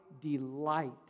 delight